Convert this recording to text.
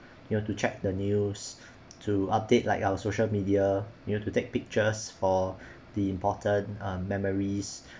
you know to check the news to update like our social media you know to take pictures for the important memories